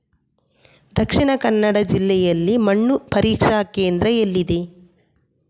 ದಕ್ಷಿಣ ಕನ್ನಡ ಜಿಲ್ಲೆಯಲ್ಲಿ ಮಣ್ಣು ಪರೀಕ್ಷಾ ಕೇಂದ್ರ ಎಲ್ಲಿದೆ?